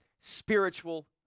spiritual